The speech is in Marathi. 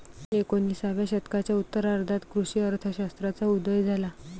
एकोणिसाव्या शतकाच्या उत्तरार्धात कृषी अर्थ शास्त्राचा उदय झाला